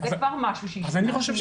זה כבר משהו שהשתנה.